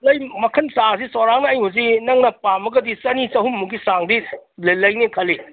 ꯂꯩ ꯃꯈꯟ ꯆꯥꯔꯁꯤ ꯆꯥꯎꯔꯥꯛꯅ ꯑꯩ ꯍꯧꯖꯤꯛ ꯅꯪꯅ ꯄꯥꯝꯃꯒꯗꯤ ꯆꯅꯤ ꯆꯍꯨꯝ ꯃꯨꯛꯀꯤ ꯆꯥꯡꯗꯤ ꯂꯩꯅꯦ ꯈꯜꯂꯤ